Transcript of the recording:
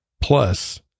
plus